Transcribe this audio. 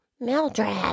Mildred